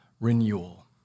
renewal